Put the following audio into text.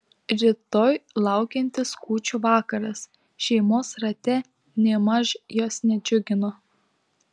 rytoj laukiantis kūčių vakaras šeimos rate nėmaž jos nedžiugino